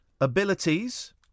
abilities